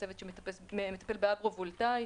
וצוות שמטפל באגרו-וולטאי,